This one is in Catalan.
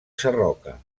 sarroca